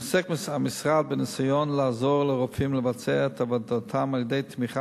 עוסק המשרד בניסיון לעזור לרופאים לבצע את עבודתם על-ידי תמיכה